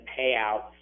payouts